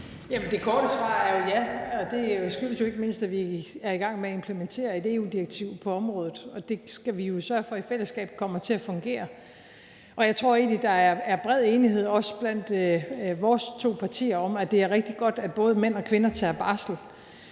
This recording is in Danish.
Det korte svar er jo ja, og det skyldes ikke mindst, at vi er i gang med at implementere et EU-direktiv på området. Det skal vi jo sørge for i fællesskab kommer til at fungere. Jeg tror egentlig, at der er bred enighed også blandt vores to partier om, at det er rigtig godt, at både mænd og kvinder tager barsel.